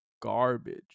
garbage